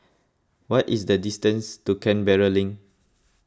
what is the distance to Canberra Link